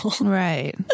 Right